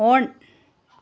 on